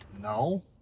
No